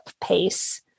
pace